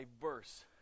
diverse